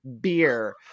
beer